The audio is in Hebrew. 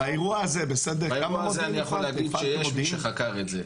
באירוע הזה אני יכול להגיד שיש מי שחקר את זה.